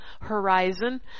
horizon